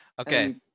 Okay